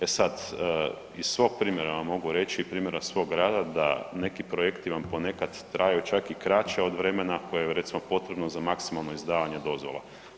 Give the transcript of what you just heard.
E sad, iz svog primjera vam mogu reći i primjera svog rada, da, neki projekti vam ponekad traju čak i kraće od vremena koje je, recimo, potrebno za maksimalno izdavanje dozvola.